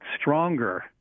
stronger